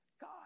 God